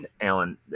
Alan